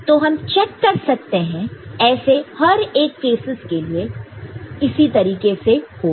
तो हम चेक कर सकते हैं ऐसे हर एक केसस के लिए यह इसी तरीके से होगा